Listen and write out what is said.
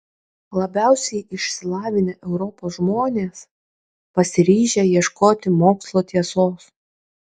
labiausiai išsilavinę europos žmonės pasiryžę ieškoti mokslo tiesos